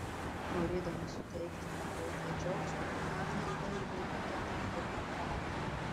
norėdama suteikti mergaitei džiaugsmo ana paėmė paketą ir pakratė